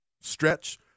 stretch